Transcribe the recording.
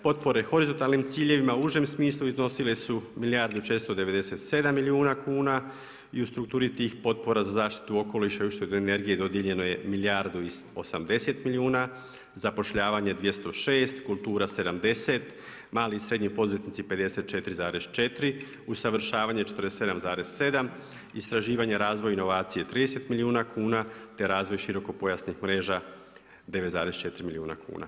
Potpore horizontalnim ciljevima u užem smislu iznosile su milijardu 497 milijuna kuna i u strukturi tih potpora za zaštitu okoliša i uštedu energije dodijeljeno je milijardu i 80 milijuna zapošljavanje 206, kultura 70, mali i srednji poduzetnici 54,4, usavršavanje 47,7, istraživanje, razvoj i inovacije 30 milijuna kuna, te razvoj širokopojasnih mreža 9,4 milijuna kuna.